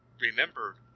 remember